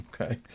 Okay